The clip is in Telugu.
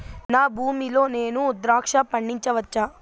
నా భూమి లో నేను ద్రాక్ష పండించవచ్చా?